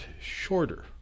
shorter